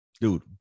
dude